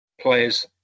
Players